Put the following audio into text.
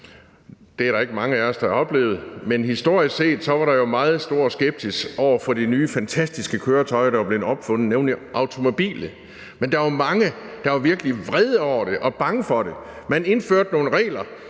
det er der ikke mange af os der har oplevet, men historisk set var der meget stor skepsis over for det nye, fantastiske køretøj, der var blevet opfundet, nemlig automobilet, og der var mange, der var virkelig vrede over det og bange for det. Man indførte nogle regler